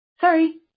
sorry